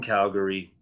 Calgary